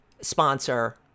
sponsor